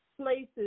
places